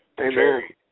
Amen